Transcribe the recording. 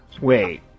Wait